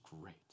great